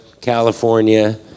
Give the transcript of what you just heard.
California